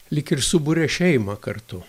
lyg ir suburia šeimą kartu